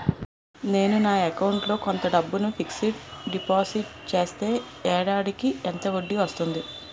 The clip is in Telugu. నేను నా అకౌంట్ లో కొంత డబ్బును ఫిక్సడ్ డెపోసిట్ చేస్తే ఏడాదికి ఎంత వడ్డీ వస్తుంది?